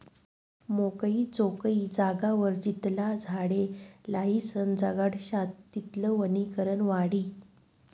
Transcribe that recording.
मोकयी चोकयी जागावर जितला झाडे लायीसन जगाडश्यात तितलं वनीकरण वाढी